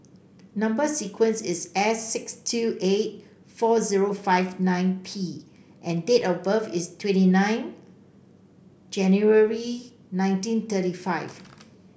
number sequence is S six two eight four zero five nine P and date of birth is twenty nine January nineteen thirty five